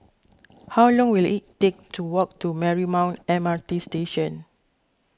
how long will it take to walk to Marymount M R T Station